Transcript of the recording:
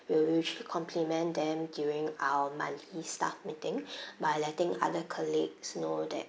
we will usually compliment them during our monthly staff meeting by letting other colleagues know that